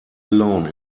alone